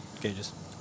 gauges